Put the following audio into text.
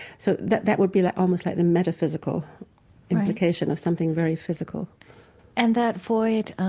so that that would be like almost like the metaphysical implication of something very physical and that void